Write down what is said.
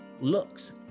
looks